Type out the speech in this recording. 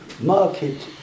market